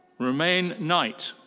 romaine knight.